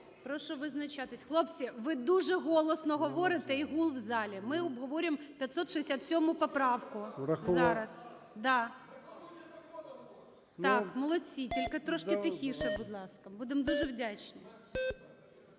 Прошу визначатися. Хлопці, ви дуже голосно говорите і гул у залі. Ми обговорюємо 567 поправку зараз. Да. Так, молодці, тільки трошки тихіше, будь ласка. Будемо дуже вдячні.